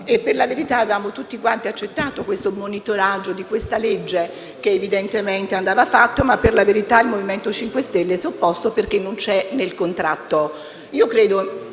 e, in effetti, avevamo tutti accettato il monitoraggio di questa legge, che evidentemente andava fatto ma, per la verità, il MoVimento 5 Stelle si è opposto perché non c'era nel contratto.